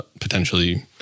potentially